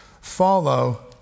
follow